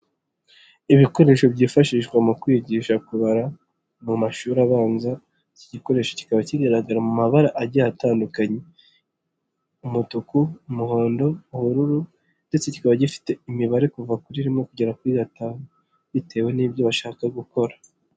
Ibikoresho byifashishwa mu kwigisha kubara mu mashuri abanza, iki gikoresho kikaba kigaragara mu mabara agiye atandukanye umutuku, umuhondo, ubururu, ndetse kikaba gifite imibare kuva kuri rimwe kugera kuri gatanu bitewe n'ibyo bashaka gukora.